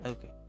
Okay